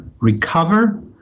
recover